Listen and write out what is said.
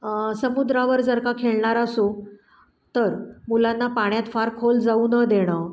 समुद्रावर जर का खेळणार असू तर मुलांना पाण्यात फार खोल जाऊ न देणं